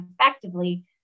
effectively